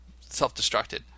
self-destructed